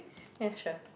ya sure